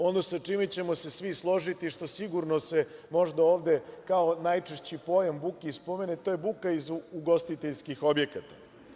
Ono sa čime ćemo se svi složiti, što sigurno se možda ovde, kao najčešći pojam buke i spomene, to je buka iz ugostiteljskih objekata.